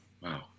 Wow